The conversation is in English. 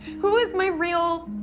who is my real.